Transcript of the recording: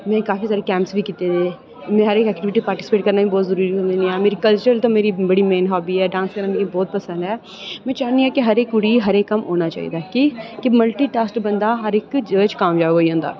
में काफी सारे कैम्पस बी कीते में हर इक एक्टिविटी च पार्टिस्पेट करना बी बहुत जरुरी होंदी ऐ मेरी कल्चर ते मेरी मेन हाब्बी ऐ मी बहुत पसंद ऐ में चाह्न्नी आं कि हर इक कुड़ी गी होना चाहिदा की के मलटीटास्क बंदा हर जगह् फिट होई जंदा